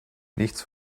nichts